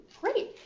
great